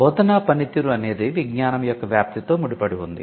బోధనా పనితీరు అనేది విజ్ఞానం యొక్క వ్యాప్తితో ముడిపడి ఉంది